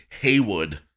Haywood